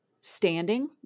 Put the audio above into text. standing